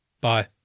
Bye